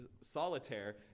solitaire